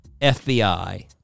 FBI